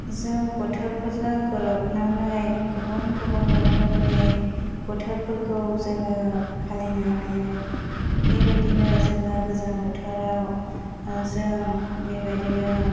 जों बोथोरफोरजों गोरोबनानै गुबुन गुबुन रोखोमनि बोथोरफोरखौ जोङो फालिनो हायो बेबायदिनो जोङो गोजां बोथोराव जों बेबायदिनो बर